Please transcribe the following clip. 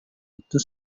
itu